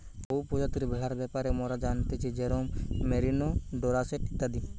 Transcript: বহু প্রজাতির ভেড়ার ব্যাপারে মোরা জানতেছি যেরোম মেরিনো, ডোরসেট ইত্যাদি